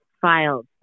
filed